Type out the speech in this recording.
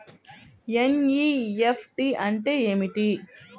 NEFT అంటే ఏమిటీ?